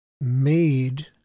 made